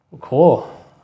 cool